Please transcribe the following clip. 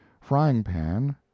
frying-pan